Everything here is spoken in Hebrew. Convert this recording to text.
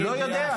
לא יודע,